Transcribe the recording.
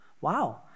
wow